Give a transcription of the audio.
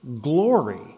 glory